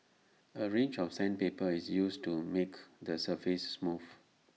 A range of sandpaper is used to make the surface smooth